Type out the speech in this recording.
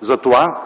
за това